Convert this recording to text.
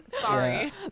Sorry